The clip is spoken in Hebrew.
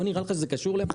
לא נראה לך שזה קשור למשהו?